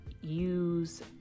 use